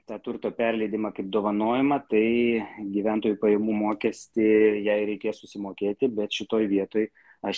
tą turto perleidimą kaip dovanojimą tai gyventojų pajamų mokestį jei reikės susimokėti bet šitoje vietoj aš